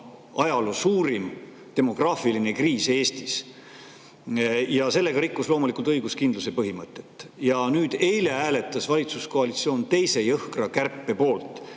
ajaloo suurim demograafiline kriis. Ja sellega rikuti loomulikult õiguskindluse põhimõtet. Nüüd, eile hääletas valitsuskoalitsioon teise jõhkra kärpe poolt,